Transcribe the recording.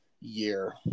year